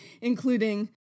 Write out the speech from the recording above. including